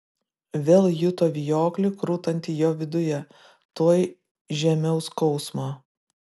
vėl juto vijoklį krutantį jo viduje tuoj žemiau skausmo